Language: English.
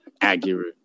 accurate